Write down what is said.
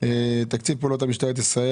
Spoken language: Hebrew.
תקציב פעולות משטרת ישראל,